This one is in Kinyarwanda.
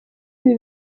ibi